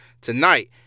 tonight